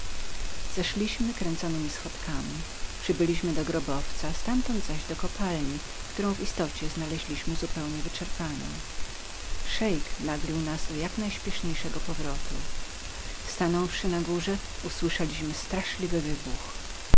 zeszliśmy kręconemi schodkami przybyliśmy do grobowca ztamtąd zaś do kopalni którą w istocie znaleźliśmy zupełnie wyczerpaną szeik naglił nas do jak najśpieszniejszego powrotu stanąwszy na górze usłyszyliśmy straszliwy wybuch